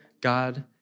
God